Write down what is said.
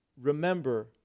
remember